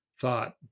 thought